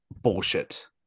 bullshit